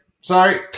Sorry